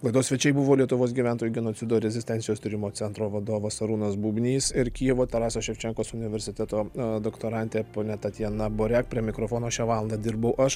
laidos svečiai buvo lietuvos gyventojų genocido rezistencijos tyrimo centro vadovas arūnas bubnys ir kijevo taraso ševčenkos universiteto doktorantė ponia tatjana borek prie mikrofono šią valandą dirbau aš